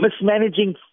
mismanaging